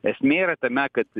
esmė yra tame kad